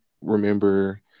remember